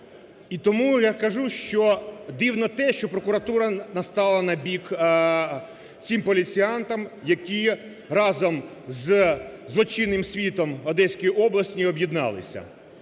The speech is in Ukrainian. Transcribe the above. І тому, я кажу, що дивно те, що прокуратура стала на бік цім поліціантам, які разом із злочинним світом в Одеській області об'єдналися.